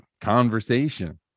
conversation